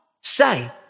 say